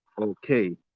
Okay